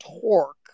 torque